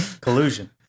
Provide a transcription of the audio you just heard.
collusion